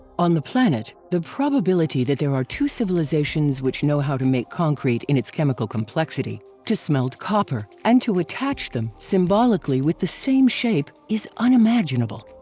on the planet, the probability that there are two civilizations which know how to make concrete in its chemical complexity, to smelt copper, and to attach them, symbolically with the same shape, is unimaginable.